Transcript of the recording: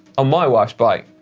on my wife's bike?